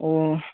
ও